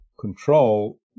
control